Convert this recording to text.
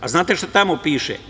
Znate šta tamo piše?